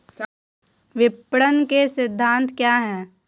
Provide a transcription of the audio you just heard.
विपणन के सिद्धांत क्या हैं?